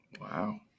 Wow